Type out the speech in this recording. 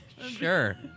Sure